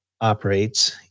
operates